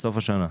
בסוף השנה.